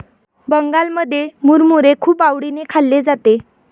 बंगालमध्ये मुरमुरे खूप आवडीने खाल्ले जाते